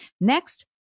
Next